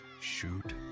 shoot